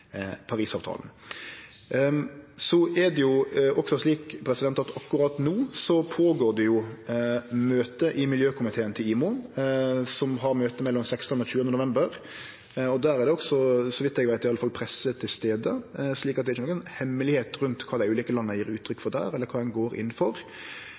Parisavtalen. Akkurat no er det møte i miljøkomiteen til IMO, som har møte mellom 16. og 20. november. Der er det, så vidt eg veit, også presse til stades, så det er ikkje noko hemmeleg rundt kva dei ulike landa gjev uttrykk for, eller kva ein går inn for.